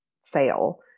sale